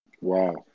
Wow